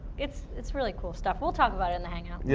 it's it's really cool stuff we'll talk about it in the hangout. yeah